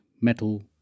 Metal